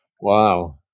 wow